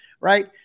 right